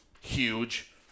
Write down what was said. huge